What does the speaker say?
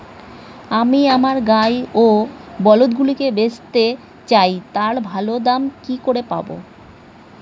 আমি আমার গাই ও বলদগুলিকে বেঁচতে চাই, তার ভালো দাম কি করে পাবো?